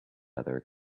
other